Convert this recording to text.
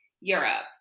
Europe